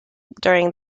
during